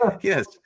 yes